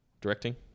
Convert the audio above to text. directing